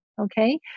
Okay